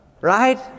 Right